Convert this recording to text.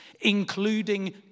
including